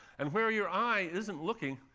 and where your eye isn't looking,